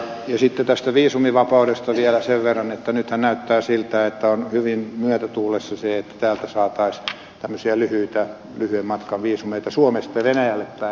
sitten tästä viisumivapaudesta vielä sen verran että nythän näyttää siltä että on hyvin myötätuulessa se että täältä saataisiin tämmöisiä lyhyen matkan viisumeita suomesta venäjälle päin